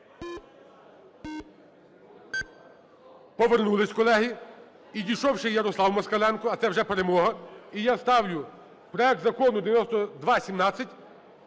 Повернулись, колеги. Підійшов ще Ярослав Москаленко, а це вже перемога. І я ставлю проект Закону 9217